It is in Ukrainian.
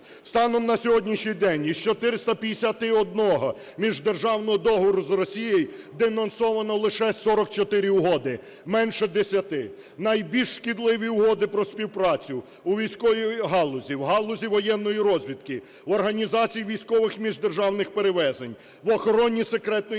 Станом на сьогоднішній день із 451 міждержавного договору з Росією денонсовано лише 44 угоди, менше 10. Найбільш шкідливі угоди про співпрацю у військовій галузі, в галузі воєнної розвідки, в організації військових міждержавних перевезень, в охороні секретної інформації